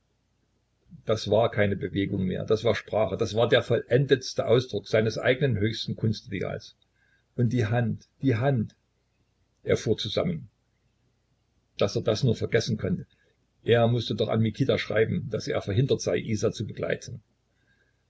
das war keine bewegung mehr das war sprache das war der vollendeteste ausdruck seines eignen höchsten kunstideals und die hand die hand er fuhr zusammen daß er das nur vergessen konnte er mußte doch an mikita schreiben daß er verhindert sei isa zu begleiten